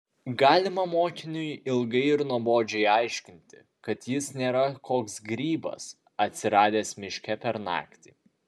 galima mokiniui ilgai ir nuobodžiai aiškinti kad jis nėra koks grybas atsiradęs miške per naktį